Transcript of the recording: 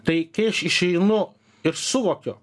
tai kai aš išeinu ir suvokiu